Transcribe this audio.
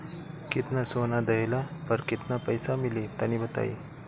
केतना सोना देहला पर केतना पईसा मिली तनि बताई?